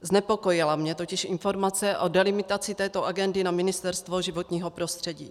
Znepokojila mě totiž informace o delimitaci této agendy na Ministerstvo životního prostředí.